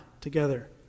together